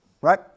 right